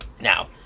Now